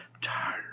Tired